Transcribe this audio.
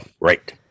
Right